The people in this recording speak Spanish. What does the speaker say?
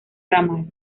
ramal